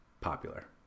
popular